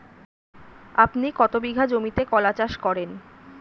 আপনি কত বিঘা জমিতে কলা চাষ করেন?